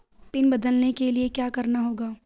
Pin बदलने के लिए क्या करना होगा?